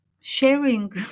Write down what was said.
sharing